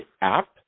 app